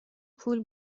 پول